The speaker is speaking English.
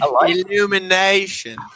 Illumination